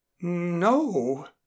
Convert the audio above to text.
No